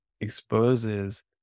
exposes